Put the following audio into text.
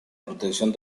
protección